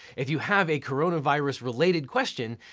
if you have a coronavirus-related question,